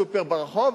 סופר ברחוב,